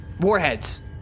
Warheads